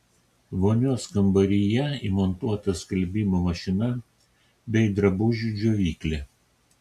vonios kambaryje įmontuota skalbimo mašina bei drabužių džiovyklė